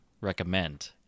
recommend